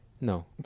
No